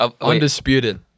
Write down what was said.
Undisputed